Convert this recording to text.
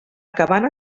cabana